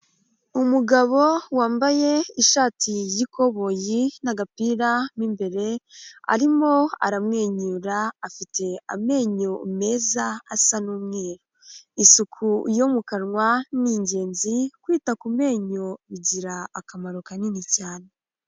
Umugabo wambaye ishati y'ikoboyi n'agapira mo imbere, arimo aramwenyura, afite amenyo meza asa n'umweru. Isuku yo mu kanwa ni ingenzi, kwita ku menyo bigira akamaro kanini cyane.